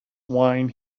wine